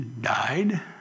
died